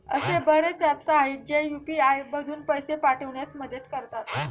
असे बरेच ऍप्स आहेत, जे यू.पी.आय मधून पैसे पाठविण्यास मदत करतात